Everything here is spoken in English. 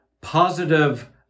positive